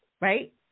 right